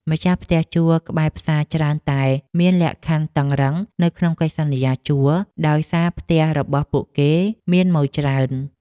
ម្ចាស់ផ្ទះជួលក្បែរផ្សារច្រើនតែតែងមានលក្ខខណ្ឌតឹងរ៉ឹងនៅក្នុងកិច្ចសន្យាជួលដោយសារផ្ទះរបស់ពួកគេមានម៉ូយច្រើន។